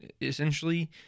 essentially